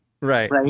right